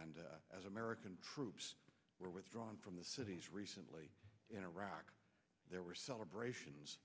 and as american troops were withdrawn from the cities recently in iraq there were celebrations